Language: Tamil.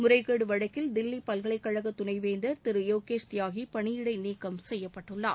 முறைகேடு வழக்கில் தில்லி பல்கலைக்கழக துணைவேந்தர் திரு யோகேஷ் தியாகி பணியிடை நீக்கம் செய்யப்பட்டுள்ளார்